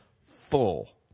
full